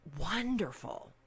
wonderful